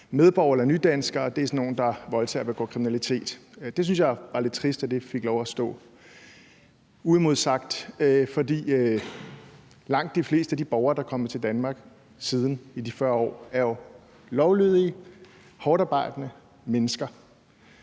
medborgere eller nydanskere er sådan nogle, der voldtager og begår kriminalitet. Det synes jeg var lidt trist fik lov at stå uimodsagt. For langt de fleste af de borgere, der er kommet til Danmark i de 40 år, er jo lovlydige, hårdtarbejdende mennesker,